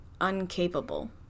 uncapable